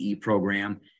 program